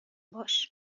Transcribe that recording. باش